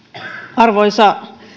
arvoisa